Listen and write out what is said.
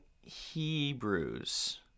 hebrews